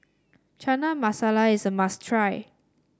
Chana Masala is a must try